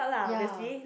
ya